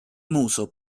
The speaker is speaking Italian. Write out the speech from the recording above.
muso